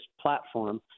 platform